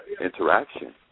interaction